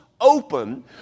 open